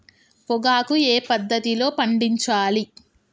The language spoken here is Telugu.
పొగాకు ఏ పద్ధతిలో పండించాలి?